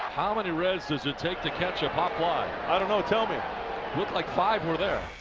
how many reds does it take to catch a pop fly? i don't know, tell me. it looked like five were there.